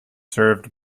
served